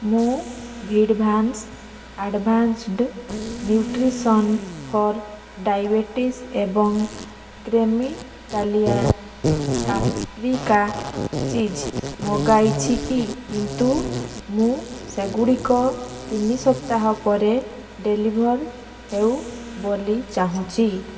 ମୁଁ ଭିଡ଼୍ ଭାନ୍ସ୍ ଆଡ଼ଭାନ୍ସଡ଼୍ ନ୍ୟୁଟ୍ରିସନ୍ ଫର୍ ଡ଼ାଇବେଟିସ୍ ଏବଂ କ୍ରେମିଟାଲିଆ ପାପ୍ରିକା ଚିଜ୍ ମଗାଇଛି କି କିନ୍ତୁ ମୁଁ ସେଗୁଡ଼ିକ ତିନି ସପ୍ତାହ ପରେ ଡ଼େଲିଭର୍ ହେଉ ବୋଲି ଚାହୁଁଛି